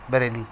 Bareilly